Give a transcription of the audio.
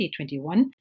2021